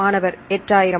மாணவர் 8000